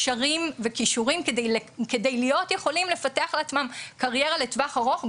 קשרים וכישורים כדי להיות יכולים לפתח לעצמם קריירה לטווח ארוך,